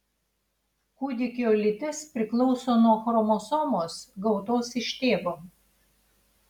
kūdikio lytis priklauso nuo chromosomos gautos iš tėvo